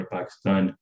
Pakistan